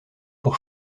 pour